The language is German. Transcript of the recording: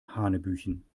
hanebüchen